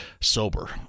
sober